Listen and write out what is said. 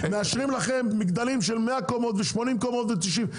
מאשרים לכם מגדלים של 100 קומות, ו-80 קומות ו-90.